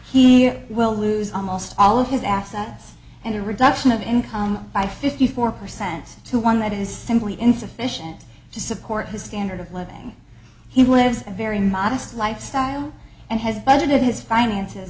he will lose almost all of his assets and a reduction of income by fifty four percent to one that is simply insufficient to support his standard of living he lives a very modest lifestyle and has budgeted his finances